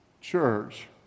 church